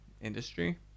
industry